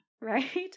right